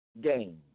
game